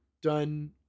done